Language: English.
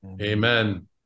Amen